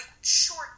short